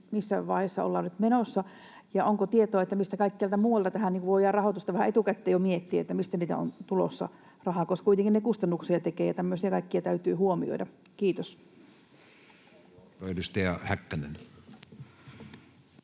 missä vaiheessa ollaan nyt menossa ja onko tietoa, mistä kaikkialta muualta tähän voidaan rahoitusta vähän etukäteen jo miettiä, mistä on tulossa rahaa, koska kuitenkin ne tekevät kustannuksia ja tämmöisiä kaikkia täytyy huomioida. — Kiitos.